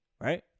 right